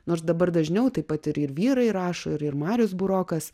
nors dabar dažniau tai pat ir ir vyrai rašo ir ir marius burokas